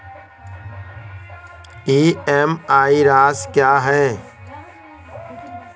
EMI राशि क्या है?